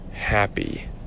Happy